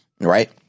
right